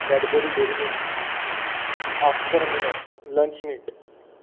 Cadbury dairy milk oscar mayor lunch meat